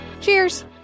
Cheers